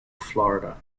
florida